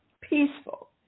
peaceful